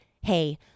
hey